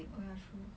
oh ya true